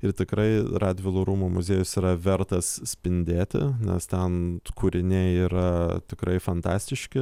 ir tikrai radvilų rūmų muziejus yra vertas spindėti nes ten kūriniai yra tikrai fantastiški